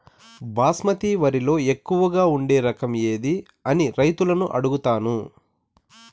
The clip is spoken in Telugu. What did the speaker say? బాస్మతి వరిలో ఎక్కువగా పండే రకం ఏది అని రైతులను అడుగుతాను?